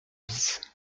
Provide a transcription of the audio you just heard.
bis